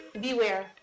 Beware